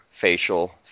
facial